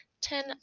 Ten